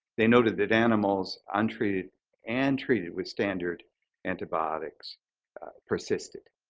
they noted that animals untreated and treated with standard antibiotics persisted.